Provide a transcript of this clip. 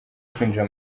kwinjira